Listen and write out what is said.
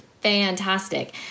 fantastic